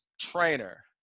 trainer